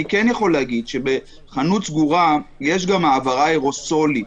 אני כן יכול להגיד שבחנות סגורה יש גם העברה אירוסולית,